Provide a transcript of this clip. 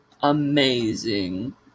amazing